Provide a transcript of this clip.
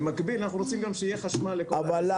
במקביל אנחנו רוצים גם שיהיה חשמל לכל הצרכים.